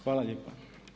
Hvala lijepa.